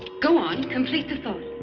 go on. complete the thought.